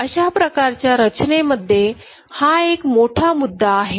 अशा प्रकारच्या रचनेमध्ये हा एक मोठा मुद्दा आहे